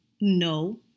no